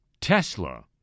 Tesla